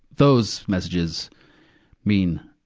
those messages mean,